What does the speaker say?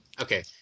Okay